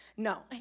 No